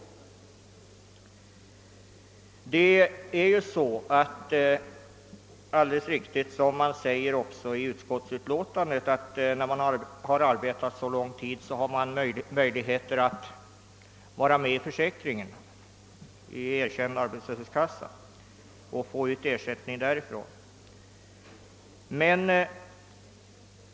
Det är dock alldeles riktigt — såsom också sägs i utskottsutlåtandet — att man, när man har arbetat under så lång tid som tre år, har möjlighet att. vara med i erkänd arbetslöshetskassa och få ersättning därifrån.